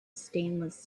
stainless